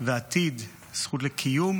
לקיום